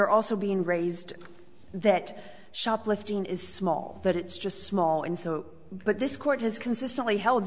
are also being raised that shoplifting is small that it's just small and so but this court has consistently held